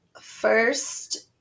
first